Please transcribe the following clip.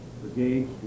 Brigade